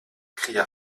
cria